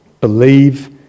Believe